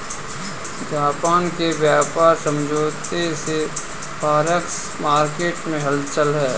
Japan के व्यापार समझौते से फॉरेक्स मार्केट में हलचल है